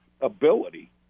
ability